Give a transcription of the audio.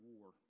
war